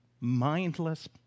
mindless